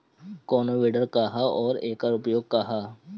कोनो विडर का ह अउर एकर उपयोग का ह?